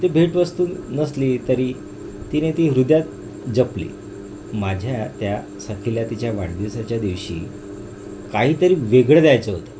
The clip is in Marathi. ते भेटवस्तू नसली तरी तिने ती हृदयात जपली माझ्या त्या सखीला तिच्या वाढदिवसाच्या दिवशी काहीतरी वेगळं द्यायचं होतं